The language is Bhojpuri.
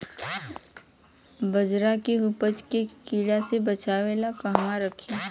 बाजरा के उपज के कीड़ा से बचाव ला कहवा रखीं?